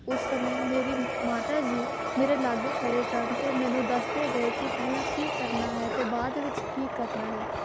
ਉਸ ਸਮੇਂ ਮੇਰੀ ਮਾਤਾ ਜੀ ਮੇਰੇ ਲਾਗੇ ਖੜ੍ਹੇ ਸਨ ਅਤੇ ਮੈਨੂੰ ਦੱਸਦੇ ਗਏ ਕਿ ਪਹਿਲਾਂ ਕੀ ਕਰਨਾ ਹੈ ਅਤੇ ਬਾਅਦ ਵਿੱਚ ਕੀ ਕਰਨਾ ਹੈ